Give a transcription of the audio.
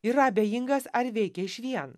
yra abejingas ar veikia išvien